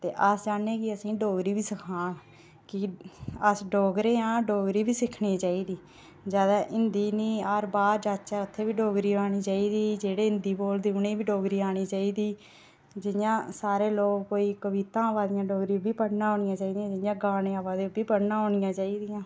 ते अस चाह्न्ने कि असेंगी डोगरी बी सखान की के अस डोगरे आं असें डोगरी बी सिक्खनी चाहिदी जादै हिंदी निं अस बाह्र जाह्चै उत्थै बी डोगरी औनी चाहिदी जेह्ड़े हिंदी बोलदे उ'नेंगी बी डोगरी औनी चाहिदी जियां सारे लोग कोई कवितां आवा दियां डोगरी बिच कोई एह्बी पढ़ना औना चाहिदी जि'यां गाने आवा दे एह्बी पढ़ना औना चाहिदी